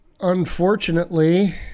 unfortunately